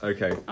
Okay